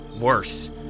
worse